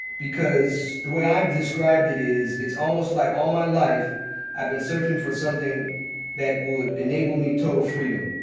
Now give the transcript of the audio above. because the way i've described it is it's almost like all my life i've been searching for something that would enable me total freedom,